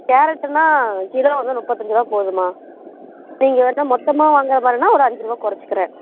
கேரட்டுன்னா kilo வந்து முப்பத்தஞ்சி ரூவா போதும்மா நீங்கள் வேணா மொத்தமாக வாங்குற மாதிரின்னா ஒரு அஞ்சுரூவா குறச்சிக்கிறேன்